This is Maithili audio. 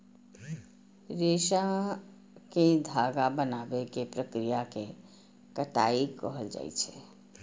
रेशा कें धागा बनाबै के प्रक्रिया कें कताइ कहल जाइ छै